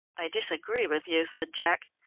i disagree with you, said jack.